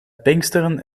pinksteren